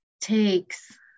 takes